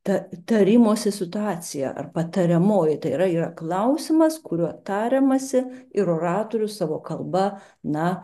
ta tarimosi situacija ar patariamoji tai yra yra klausimas kuriuo tariamasi ir oratorius savo kalba na